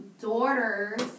daughter's